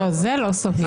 לא, זה לא סביר.